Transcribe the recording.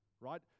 right